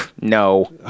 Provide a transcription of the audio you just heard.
No